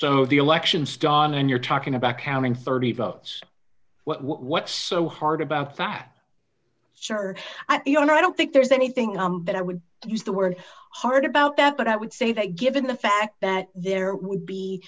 of the elections don and you're talking about counting thirty votes what's so hard about that sure i don't i don't think there's anything that i would use the word hard about that but i would say that given the fact that there would be